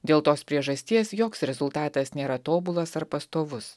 dėl tos priežasties joks rezultatas nėra tobulas ar pastovus